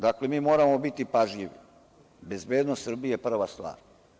Dakle, mi moramo biti pažljivi, bezbednost Srbije je prva stvar.